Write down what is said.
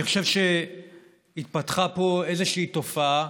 אני חושב שהתפתחה פה איזושהי תופעה,